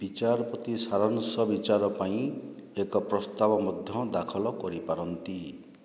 ବିଚାରପତି ସାରାଂଶ ବିଚାର ପାଇଁ ଏକ ପ୍ରସ୍ତାବ ମଧ୍ୟ ଦାଖଲ କରିପାରନ୍ତି